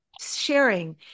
sharing